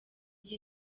iyi